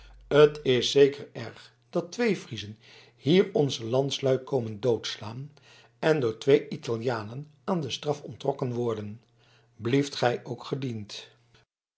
t is zeker erg dat twee friezen hier onze landslui komen doodslaan en door twee italianen aan de straf onttrokken worden blieft gij ook gediend